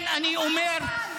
עבר הזמן.